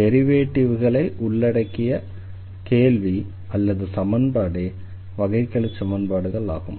டெரிவேட்டிவ்களை உள்ளடக்கிய கேள்வி அல்லது சமன்பாடே வகைக்கெழுச்சமன்பாடுகள் ஆகும்